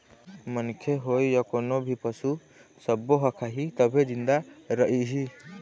मनखे होए य कोनो भी पसू सब्बो ह खाही तभे जिंदा रइही